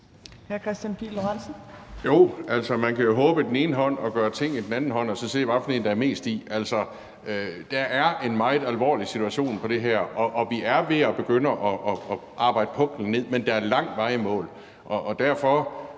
bare håbe og med den anden hånd gøre ting og så se, hvilken hånd der er mest i. Der er en meget alvorlig situation på det her område. Vi er ved at begynde at arbejde puklen ned, men der er lang vej til